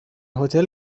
هتل